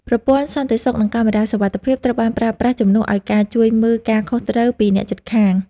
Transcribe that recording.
ប្រព័ន្ធសន្តិសុខនិងកាមេរ៉ាសុវត្ថិភាពត្រូវបានប្រើប្រាស់ជំនួសឱ្យការជួយមើលការខុសត្រូវពីអ្នកជិតខាង។